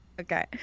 Okay